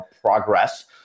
progress